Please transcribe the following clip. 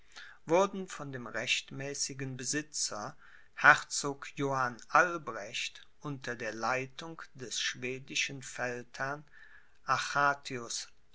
wurden von dem rechtmäßigen besitzer herzog johann albrecht unter der leitung des schwedischen